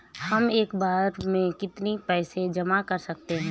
हम एक बार में कितनी पैसे जमा कर सकते हैं?